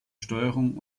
steuerung